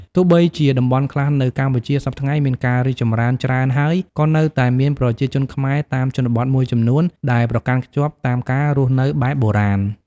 ទោះបីជាតំបន់ខ្លះនៅកម្ពុជាសព្វថ្ងៃមានការរីកចម្រើនច្រើនហើយ ក៏នៅតែមានប្រជាជនខ្មែរតាមជនបទមួយចំនួនដែលប្រកាន់ខ្ជាប់តាមការរស់នៅបែបបុរាណ។